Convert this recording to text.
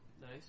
Nice